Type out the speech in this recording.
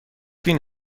بین